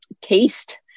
taste